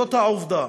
הוא העובדה